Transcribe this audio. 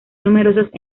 numerosos